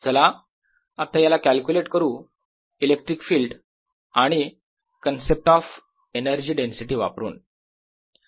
चला आता याला कॅल्क्युलेट करू इलेक्ट्रिक फील्ड आणि कन्सेप्ट ऑफ एनर्जी डेन्सिटी वापरून